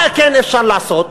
מה כן אפשר לעשות